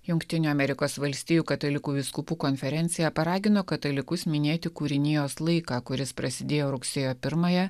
jungtinių amerikos valstijų katalikų vyskupų konferencija paragino katalikus minėti kūrinijos laiką kuris prasidėjo rugsėjo pirmąją